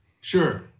Sure